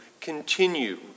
continue